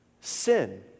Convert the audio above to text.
sin